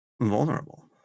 Vulnerable